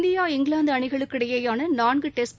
India இங்கிலாந்துஅணிகளுக்கு டிடையேயானநான்குடெஸ்ட்